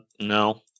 No